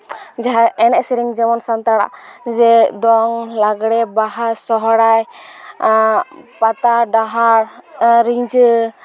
ᱡᱟᱦᱟᱸ ᱮᱱᱮᱡ ᱥᱮᱨᱮᱧ ᱡᱮᱢᱚᱱ ᱥᱟᱱᱛᱟᱲᱟᱜ ᱡᱮ ᱫᱚᱝ ᱞᱟᱸᱜᱽᱲᱮ ᱵᱟᱦᱟ ᱥᱚᱨᱦᱟᱭ ᱯᱟᱛᱟ ᱰᱟᱦᱟᱨ ᱨᱤᱡᱟᱹ